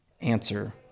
answer